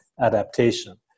adaptation